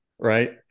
Right